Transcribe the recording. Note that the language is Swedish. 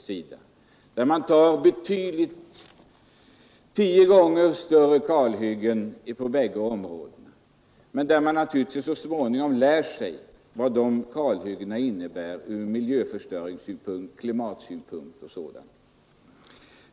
På båda hållen gör man tio gånger större kalhyggen — men naturligtvis lär man sig så småningom vad de kalhyggena innebär ur miljöförstöringssynpunkt, klimatsynpunkt osv.